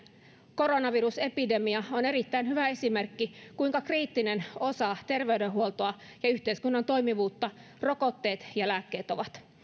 koronavirusepidemia on erittäin hyvä esimerkki kuinka kriittinen osa terveydenhuoltoa ja yhteiskunnan toimivuutta rokotteet ja lääkkeet ovat